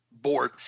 Board